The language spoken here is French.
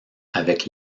avec